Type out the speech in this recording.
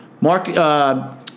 Mark